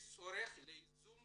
יש צורך ליזום